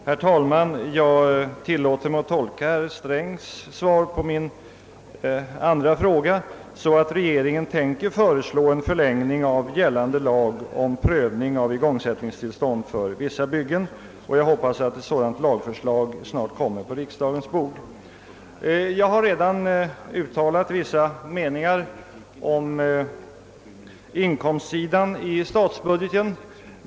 Herr talman! Jag tillåter mig att tolka herr Strängs svar på min andra fråga så, att regeringen tänker föreslå en förlängning av gällande lag om prövning av igångsättningstillstånd för vissa byggen, och jag hoppas att ett sådant lagförslag snart kommer på riksdagens bord. Jag har redan uttalat vissa meningar om inkomstsidan i statsbudgeten.